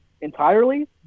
entirely